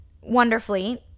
wonderfully